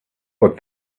but